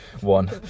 One